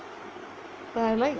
I like